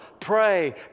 pray